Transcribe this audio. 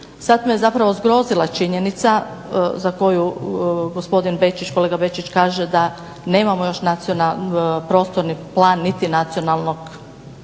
me je zapravo zgrozila činjenica za koju kolega Bečić kaže da nemamo još prostorni plan niti Nacionalnog